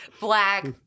black